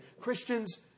Christians